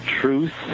truth